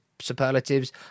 superlatives